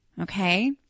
Okay